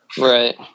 Right